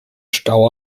stau